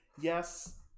yes